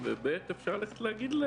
אני פותח את הדיון בצורה מסודרת.